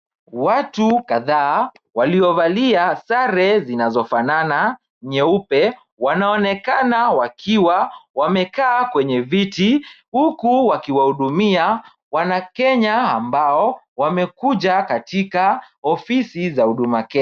Watu kadhaa waliovalia sare zinazofanana nyeupe wanaonekana wakiwa wamekaa kwenye viti huku wakiwahudumia wanakenya ambao wamekuja katika ofisi za Huduma Kenya.